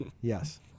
Yes